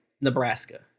Nebraska